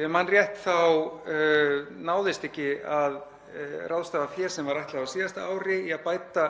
ég man rétt þá náðist ekki að ráðstafa fé sem var ætlað á síðasta ári í að bæta